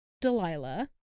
Delilah